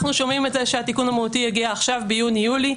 אנחנו שומעים את זה שהתיקון המהותי יגיע עכשיו ביוני יולי,